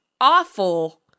awful